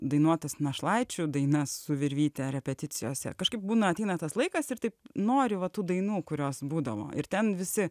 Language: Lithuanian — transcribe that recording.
dainuot tas našlaičių dainas su virvyte repeticijose kažkaip būna ateina tas laikas ir taip nori va tų dainų kurios būdavo ir ten visi